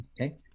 Okay